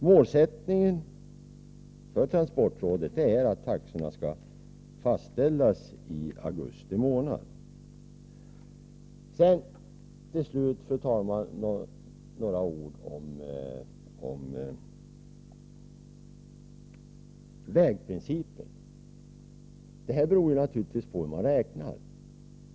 Målsättningen för transportrådet är att taxorna skall fastställas i augusti månad. Till slut, fru talman, några ord om vägprincipen. Det avgörande är naturligtvis hur man räknar.